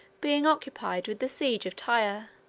being occupied with the siege of tyre